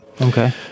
Okay